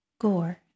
gore